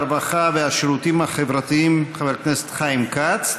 הרווחה והשירותים החברתיים חבר הכנסת חיים כץ.